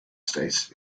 states